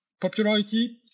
Popularity